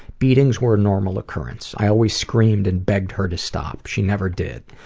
beatings were a normal occurrence. i always screamed and begged her to stop. she never did.